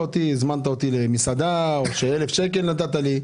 והזמנת אותי למסעדה או שנתת לי 1,000 שקלים,